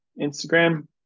Instagram